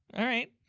alright.